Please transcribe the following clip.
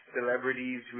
celebrities